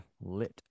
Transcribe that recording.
lit